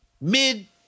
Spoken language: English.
mid-